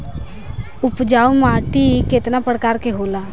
उपजाऊ माटी केतना प्रकार के होला?